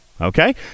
Okay